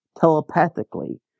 telepathically